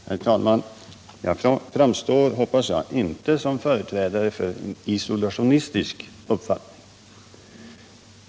Herr talman! Jag framstår, hoppas jag, inte som företrädare för en isolationistisk uppfattning.